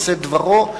עושה דברו,